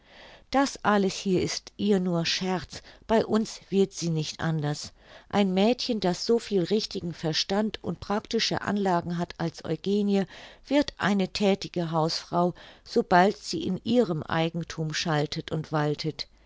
das alles hier ist ihr nur scherz bei uns wird sie nicht anders ein mädchen das so viel richtigen verstand und praktische anlagen hat als eugenie wird eine thätige hausfrau sobald sie in ihrem eigenthum schaltet und waltet